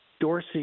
Dorsey